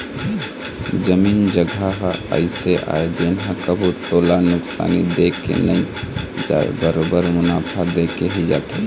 जमीन जघा ह अइसे आय जेन ह कभू तोला नुकसानी दे के नई जावय बरोबर मुनाफा देके ही जाथे